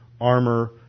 armor